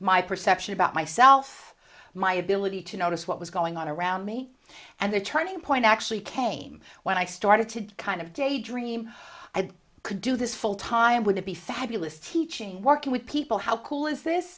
my perception about myself my ability to notice what was going on around me and the turning point actually came when i started to kind of daydream i could do this full time would be fabulous teaching working with people who how cool is this